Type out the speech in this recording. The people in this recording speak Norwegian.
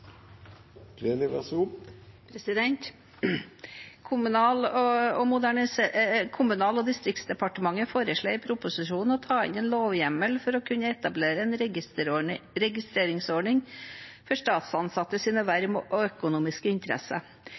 Kommunal- og distriktsdepartementet foreslår i proposisjonen å ta inn en lovhjemmel for å kunne etablere en registreringsordning for statsansattes verv og økonomiske interesser.